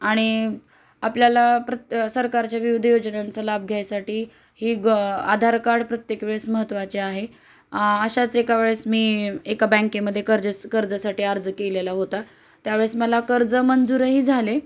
आणि आपल्याला प्रत्य सरकारच्या विविध योजनांचा लाभ घ्यायसाठी ही ग आधार कार्ड प्रत्येक वेळेस महत्त्वाचे आहे आशाच एका वेळेस मी एका बँकेमध्ये कर्जस कर्जासाठी अर्ज केलेला होता त्यावेळेस मला कर्ज मंजूरही झाले